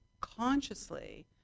consciously